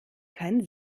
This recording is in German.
kein